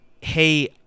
hey